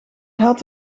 had